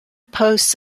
posts